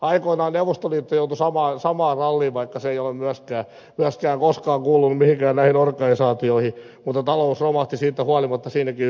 aikoinaan neuvostoliitto joutui samaan ralliin vaikka se ei ole koskaan kuulunut mihinkään näihin organisaatioihin mutta talous romahti siitä huolimatta siinäkin yhteisössä